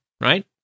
right